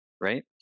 right